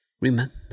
Remember